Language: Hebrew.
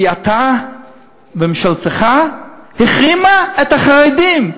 כי אתה, ממשלתך, החרימה את החרדים.